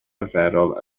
arferol